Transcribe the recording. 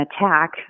attack